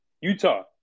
Utah